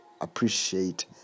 appreciate